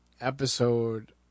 episode